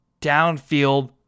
downfield